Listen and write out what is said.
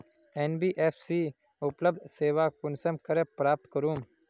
NBFC उपलब्ध सेवा कुंसम करे प्राप्त करूम?